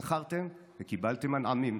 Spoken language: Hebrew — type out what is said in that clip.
מכרתם וקיבלתם מנעמים.